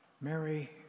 Mary